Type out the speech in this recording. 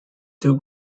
two